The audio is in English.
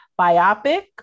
biopic